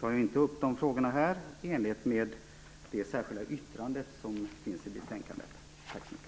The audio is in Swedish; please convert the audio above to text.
tar jag inte upp de frågorna här, i enlighet med det särskilda yttrande som finns fogat till betänkandet.